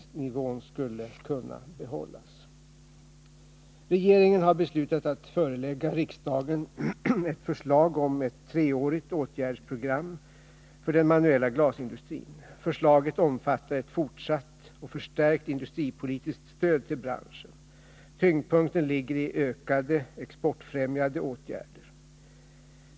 Regeringen har beslutat att förelägga riksdagen ett förslag om ett treårigt åtgärdsprogram för den manuella glasindustrin. Förslaget omfattar ett fortsatt och förstärkt industripolitiskt stöd till branschen. Tyngdpunkten ligger i ökade exportfrämjande åtgärder.